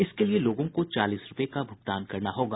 इसके लिये लोगों को चालीस रूपये का भुगतान करना होगा